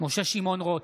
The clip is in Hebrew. משה רוט,